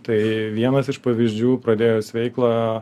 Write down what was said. tai vienas iš pavyzdžių pradėjus veiklą